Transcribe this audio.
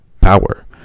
power